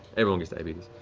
everyone gets diabetes.